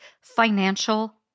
financial